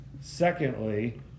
Secondly